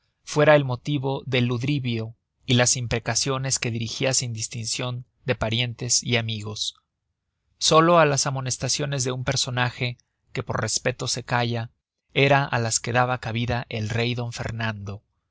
fuera el motivo del ludibrio y las imprecaciones que dirigia sin distincion de parientes y amigos solo á las amonestaciones de un personage que por respeto se calla era á las que daba cabida el rey d fernando